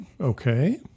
okay